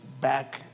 back